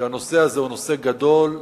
שהנושא הזה הוא נושא גדול,